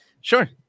Sure